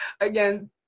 again